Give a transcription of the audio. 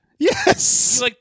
Yes